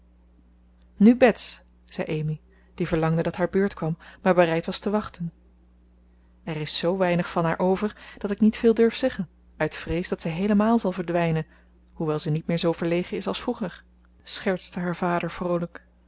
nu bets zei amy die verlangde dat haar beurt kwam maar bereid was te wachten er is zoo weinig van haar over dat ik niet veel durf zeggen uit vrees dat zij heelemaal zal verdwijnen hoewel ze niet meer zoo verlegen is als vroeger schertste haar vader vroolijk